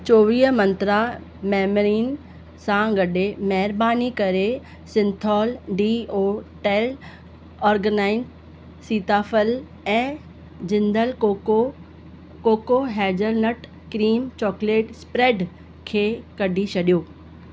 चौवीह मंत्रा मैमरिन सां गॾे महिरबानी करे सिंथोल डीओ टैल ओर्गनाइ सीताफल ऐं Jindal cocoa cocoa hazelnut cream chocolate spread खे कॾी छॾियो